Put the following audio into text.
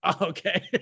Okay